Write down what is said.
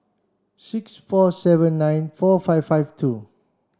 six four seven nine four five five two